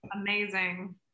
amazing